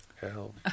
Hell